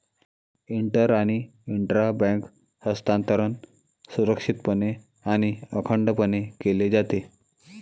inter आणि intra bank हस्तांतरण सुरक्षितपणे आणि अखंडपणे केले जाते